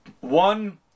one